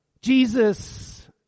Jesus